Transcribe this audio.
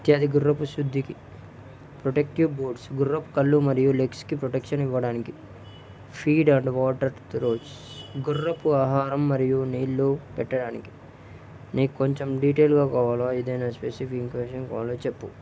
ఇత్యాది గుర్రపు శుద్ధికి ప్రొటెక్టివ్ బూట్స్ గుర్రపు కళ్ళు మరియు లెగ్స్కి ప్రొటెక్షన్ ఇవ్వడానికి ఫీడ్ అండ్ వాటర్ త్రోల్స్ గుర్రపు ఆహారం మరియు నీళ్లు పెట్టడానికి నీకు కొంచెం డీటెయిల్గా కావాలా అయితే నా స్పెసిఫిక్ ఇన్క్విసిషన్ ఫాలో చెప్పు